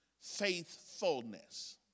faithfulness